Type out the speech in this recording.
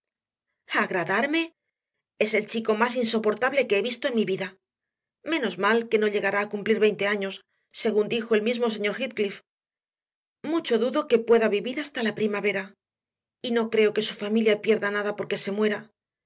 agradarme es el chico más insoportable que he visto en mi vida menos mal que no llegará a cumplir veinte años según dijo el mismo señor heathcliff mucho dudo que pueda vivir hasta la primavera y no creo que su familia pierda nada porque se muera